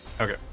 Okay